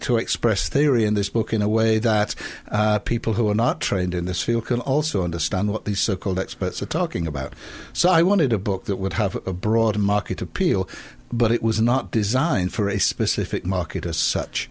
to express theory in this book in a way that people who are not trained in this field can also understand what the so called experts are talking about so i wanted a book that would have a broad market appeal but it was not designed for a specific market as such